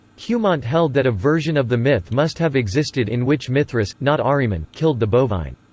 cumont held that a version of the myth must have existed in which mithras, not ahriman, killed the bovine.